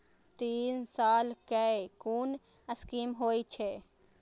तीन साल कै कुन स्कीम होय छै?